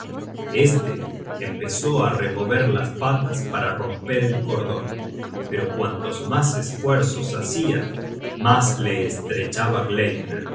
este empezó á remover las patas para romper el cordon pero cuantos mas esfuerzos hacia mas le estrechaba